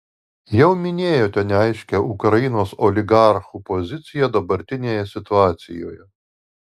jau minėjote neaiškią ukrainos oligarchų poziciją dabartinėje situacijoje